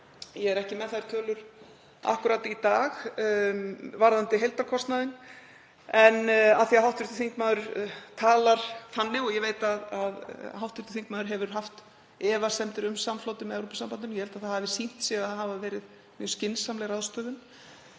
Ég er ekki með þær tölur akkúrat í dag varðandi heildarkostnaðinn. En af því að hv. þingmaður talar þannig og ég veit að hv. þingmaður hefur haft efasemdir um samflotið með Evrópusambandinu, þá held ég að það hafi sýnt sig að hafa verið mjög skynsamleg ráðstöfun,